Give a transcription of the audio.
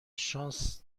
شانس